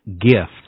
gift